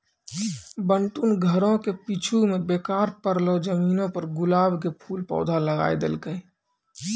बंटू नॅ घरो के पीछूं मॅ बेकार पड़लो जमीन पर गुलाब के खूब पौधा लगाय देलकै